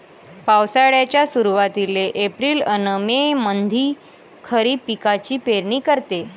पावसाळ्याच्या सुरुवातीले एप्रिल अन मे मंधी खरीप पिकाची पेरनी करते